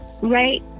Right